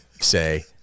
say